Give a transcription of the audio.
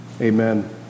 Amen